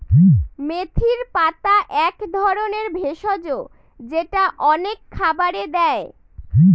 মেথির পাতা এক ধরনের ভেষজ যেটা অনেক খাবারে দেয়